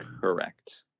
Correct